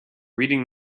reading